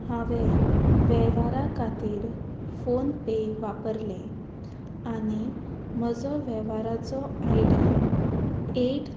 हांवें वेव्हारा खातीर फोन पे वापरलें आनी म्हजो वेव्हाराचो आय डी एठ